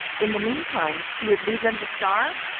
in the meantime she would leave them to starve.